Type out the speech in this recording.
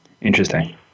Interesting